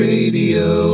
Radio